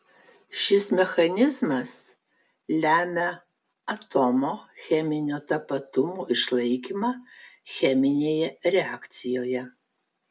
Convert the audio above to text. šis mechanizmas lemia atomo cheminio tapatumo išlaikymą cheminėje reakcijoje